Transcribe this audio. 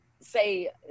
say